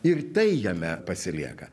ir tai jame pasilieka